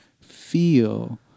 feel